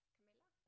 Camilla